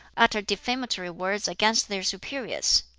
utter defamatory words against their superiors.